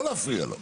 לא להפריע לו.